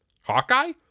Hawkeye